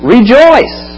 Rejoice